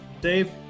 Dave